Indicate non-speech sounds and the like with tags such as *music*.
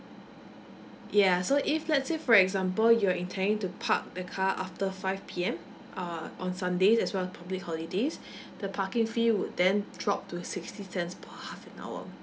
yeah so if let's say for example you're intending to park the car after five P_M uh on sundays as well as public holidays *breath* the parking fee would then drop to sixty cents per half an hour